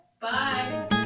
Bye